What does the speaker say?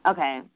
Okay